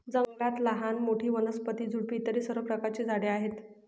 जंगलात लहान मोठी, वनस्पती, झुडपे इत्यादी सर्व प्रकारची झाडे आहेत